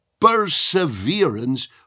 perseverance